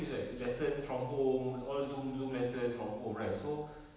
is like lessons from home all zoom zoom lessons from home right so